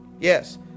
yes